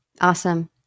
Awesome